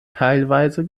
teilweise